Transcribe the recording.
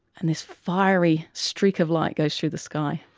and this fiery streak of light goes through the sky.